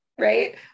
right